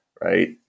right